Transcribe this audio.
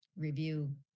Review